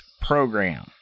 program